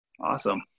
Awesome